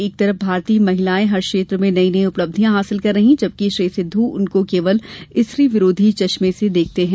एक तरफ भारतीय महिलाएं हर क्षेत्र में नयी नयी उपलक्षियां हासिल कर रही है जबकि श्री सिद्ध उनको केवल स्त्री विरोधी चश्मे से देखते है